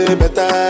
better